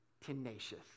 Tenacious